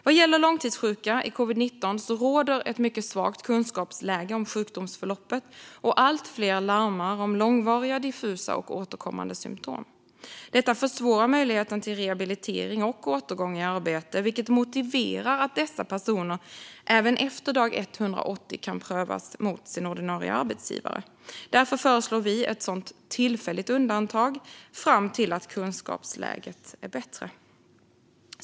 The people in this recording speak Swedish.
Vad gäller långtidssjuka i covid-19 råder ett mycket svagt kunskapsläge om sjukdomsförloppet, och allt fler larmar om långvariga, diffusa och återkommande symtom. Detta försvårar möjligheten till rehabilitering och återgång i arbete, vilket motiverar att dessa personer även efter dag 180 kan prövas mot sin ordinarie arbetsgivare. Därför föreslår vi ett sådant tillfälligt undantag fram till dess att kunskapsläget är bättre.